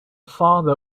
father